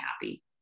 happy